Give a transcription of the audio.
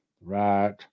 Right